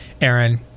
Aaron